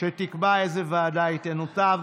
שתקבע לאיזו ועדה היא תנותב.